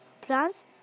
Plants